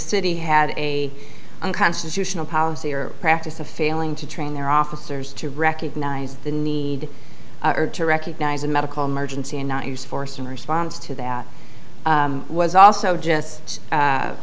city had a unconstitutional policy or practice of failing to train their officers to recognize the need to recognize a medical emergency and not use force in response to that was also just